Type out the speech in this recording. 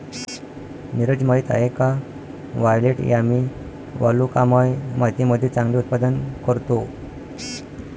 नीरज माहित आहे का वायलेट यामी वालुकामय मातीमध्ये चांगले उत्पादन करतो?